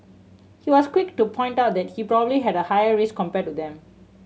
he was quick to point out that he probably had a higher risk compared to them